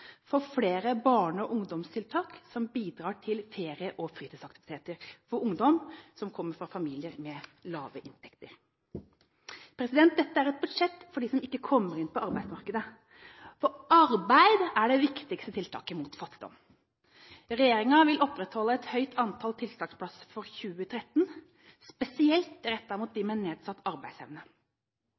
for flere barne- og ungdomstiltak som bidrar til ferie og fritidsaktiviteter for ungdom som kommer fra familier med lave inntekter. Dette er et budsjett for dem som ikke kommer inn på arbeidsmarkedet. Arbeid er det viktigste tiltaket mot fattigdom. Regjeringen vil opprettholde et høyt antall tiltaksplasser i 2013, spesielt rettet mot dem med nedsatt arbeidsevne.